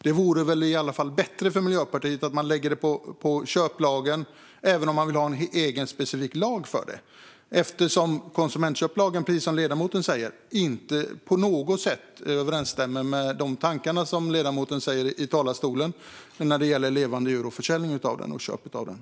Det vore väl i alla fall bättre för Miljöpartiet att det läggs på köplagen, även om man vill ha en egen, specifik lag för det; precis som ledamoten säger överensstämmer konsumentköplagen inte på något sätt med de tankar som ledamoten för fram i talarstolen när det gäller försäljning och köp av levande djur.